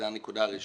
זאת הנקודה הראשונה.